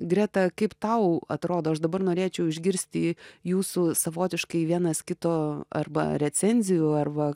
greta kaip tau atrodo aš dabar norėčiau išgirsti jūsų savotiškai vienas kito arba recenzijų ar va